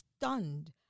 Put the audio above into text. stunned